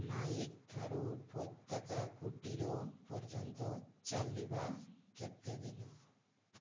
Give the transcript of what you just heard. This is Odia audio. ନାଇକ୍ ଠାରୁ ଉପତ୍ୟକା କୁଟୀର ପର୍ଯ୍ୟନ୍ତ ଚାଲିବା କେତେ ଦିନ